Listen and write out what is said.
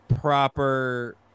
proper